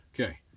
Okay